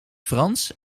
frans